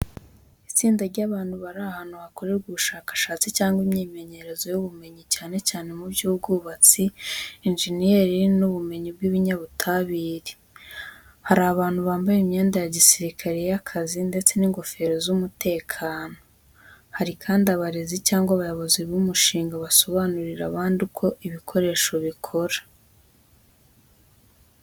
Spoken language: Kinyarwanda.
Itsinda ry’abantu bari ahantu hakorerwa ubushakashatsi cyangwa imyimenyerezo y’ubumenyi, cyane cyane mu by'ubwubatsi, injeniyeri, n'ubumenyi bw'ibinyabutabire. Hari abantu bambaye imyenda ya gisirikari y’akazi ndetse n'ingofero z’umutekano. Hari kandi abarezi cyangwa abayobozi b’umushinga basobanurira abandi uko ibikoresho bikora.